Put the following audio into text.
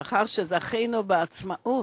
לאחר שזכינו בעצמאות,